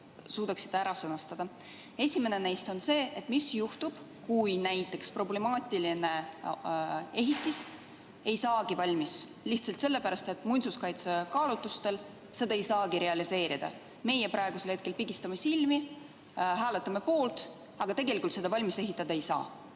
suudaksite vastused anda. Esimene neist on see, et mis juhtub, kui näiteks problemaatiline ehitis ei saagi valmis lihtsalt sellepärast, et muinsuskaitse kaalutlustel seda ei saagi realiseerida. Meie praegusel hetkel pigistame silmi, hääletame poolt, aga tegelikult seda valmis ehitada ei saa. Ja